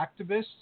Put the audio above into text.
activists